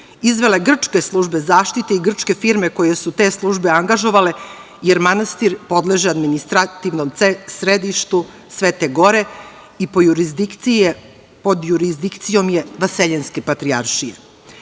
izvele grčke službe zaštite i grčke firme koje su te službe angažovale, jer manastir podleže administrativnom središtu Svete gore i pod jurisdikcijom je Vaseljenske patrijaršije. Tek